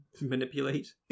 manipulate